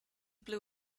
blue